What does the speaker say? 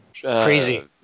crazy